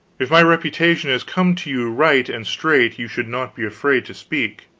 if my reputation has come to you right and straight, you should not be afraid to speak.